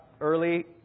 early